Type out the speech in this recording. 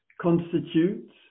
constitutes